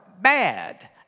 bad